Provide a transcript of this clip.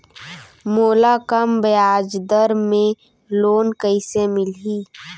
मोला कम ब्याजदर में लोन कइसे मिलही?